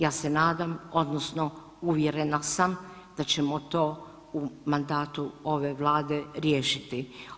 Ja se nadam odnosno uvjerena sam da ćemo to u mandatu ove Vlade riješiti.